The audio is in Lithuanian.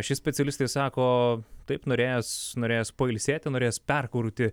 ši specialistė sako taip norėjęs norėjęs pailsėti norėjęs perkurti